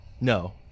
No